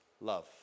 Love